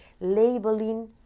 labeling